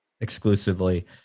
exclusively